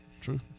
True